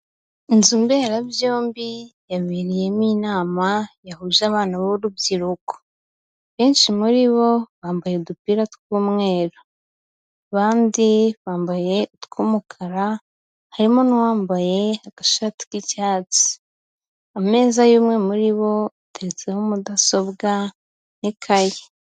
Inzu mberabyombi yabereyemo inama yahuje abana b'urubyiruko. Benshi muri bo bambaye udupira tw'umweru, abandi bambaye utw'umukara, harimo n'uwambaye agashati k'icyatsi. Ameza y'umwe muri bo ateretseho mudasobwa n'ikaye.